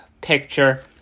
picture